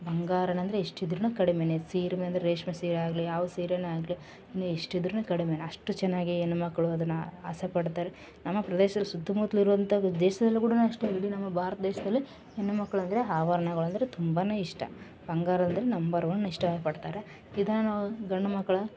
ಬಂಗಾರನ ಅಂದರೆ ಎಷ್ಟಿದ್ರು ಕಡಿಮೆ ಸೀರೆ ಅಂದ್ರೆ ರೇಷ್ಮೆ ಸೀರೆ ಆಗಲಿ ಯಾವ ಸೀರೆ ಆಗಲಿ ಇನ್ನು ಎಷ್ಟಿದ್ರು ಕಡಿಮೆ ಅಷ್ಟು ಚೆನ್ನಾಗಿ ಹೆಣ್ಮಕ್ಳು ಅದನ್ನು ಆಸೆ ಪಡ್ತಾರೆ ನಮ್ಮ ಪ್ರದೇಶ ಸುತ್ತ ಮುತ್ತಲು ಇರುವಂಥದು ದೇಶದಲ್ಲೂ ಕೂಡ ನಾ ಅಷ್ಟೇ ಇಡೀ ನಮ್ಮ ಭಾರತ ದೇಶದಲ್ಲಿ ಹೆಣ್ಮಕ್ಳು ಅಂದರೆ ಆಭರ್ಣಗೊಳ್ ಅಂದರೆ ತುಂಬಾ ಇಷ್ಟ ಬಂಗಾರ ಅಂದರೆ ನಂಬರ್ ಒನ್ ಇಷ್ಟ ಪಡ್ತಾರೆ ಇದನ್ನು ನಾವು ಗಂಡುಮಕ್ಳ